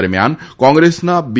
દરમિયાન કોંગ્રેસના બી